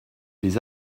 les